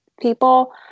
people